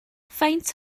faint